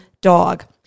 dog